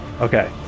okay